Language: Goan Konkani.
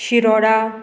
शिरोडा